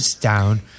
down